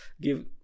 give